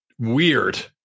weird